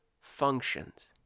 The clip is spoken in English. functions